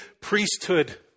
priesthood